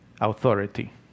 authority